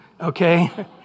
Okay